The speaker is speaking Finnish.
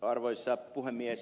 arvoisa puhemies